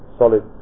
solid